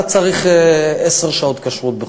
אתה צריך עשר שעות כשרות.